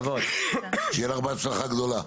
שיהיה לך בהצלחה גדולה.